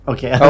Okay